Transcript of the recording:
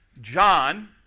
John